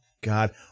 God